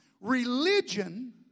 Religion